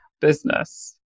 business